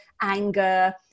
anger